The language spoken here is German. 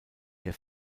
der